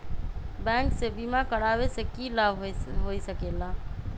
Bank से बिमा करावे से की लाभ होई सकेला?